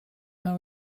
how